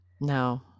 No